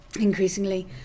increasingly